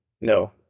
No